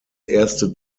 erste